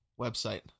website